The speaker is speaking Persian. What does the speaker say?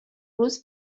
روز